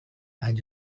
and